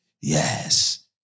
Yes